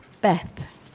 Beth